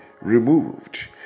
removed